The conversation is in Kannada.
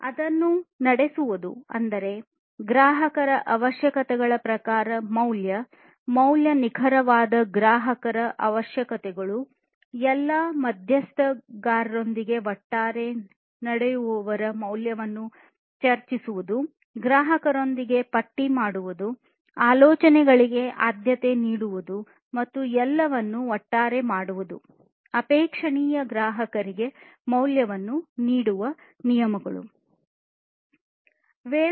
ಅದನ್ನು ನಡೆಸುವುದು ಅಂದರೆ ಗ್ರಾಹಕರ ಅವಶ್ಯಕತೆಗಳ ಪ್ರಕಾರ ಮೌಲ್ಯ ನಿಖರವಾದ ಗ್ರಾಹಕ ಅವಶ್ಯಕತೆಗಳು ಎಲ್ಲಾ ಮಧ್ಯಸ್ಥಗಾರರೊಂದಿಗೆ ಒಟ್ಟಾಗಿ ನಡೆಯುವವರ ಮೌಲ್ಯವನ್ನು ಚರ್ಚಿಸುವುದು ಗ್ರಾಹಕರೊಂದಿಗೆ ಪಟ್ಟಿ ಮಾಡುವುದು ಆಲೋಚನೆಗಳಿಗೆ ಆದ್ಯತೆ ನೀಡುವುದು ಮತ್ತು ಎಲ್ಲವನ್ನೂ ಒಟ್ಟಿಗೆ ಮಾಡುವುದು ಅಪೇಕ್ಷಣೀಯ ಗ್ರಾಹಕರಿಗೆ ಮೌಲ್ಯವನ್ನು ನೀಡುವ ನಿಯಮಗಳು ಆಗಿವೆ